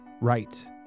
Right